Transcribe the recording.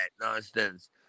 nonsense